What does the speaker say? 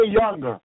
younger